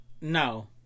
No